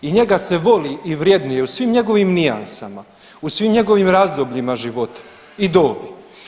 I njega se voli i vrednuje u svim njegovim nijansama, u svim njegovim razdobljima života i dobi.